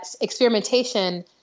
experimentation